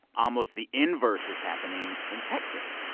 almost the inverse is happening in texas.